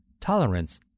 tolerance